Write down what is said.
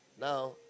Now